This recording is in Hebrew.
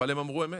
אבל הם אמרו אמת.